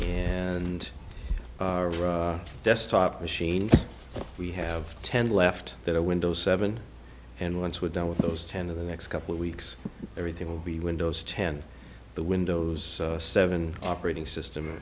and desktop machines we have ten left that are windows seven and once we're done with those ten in the next couple of weeks everything will be windows ten the windows seven operating system